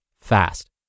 fast